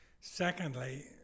Secondly